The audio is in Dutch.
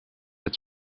het